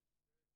לכולם.